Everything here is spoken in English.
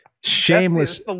Shameless